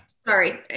Sorry